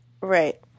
Right